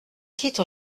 titre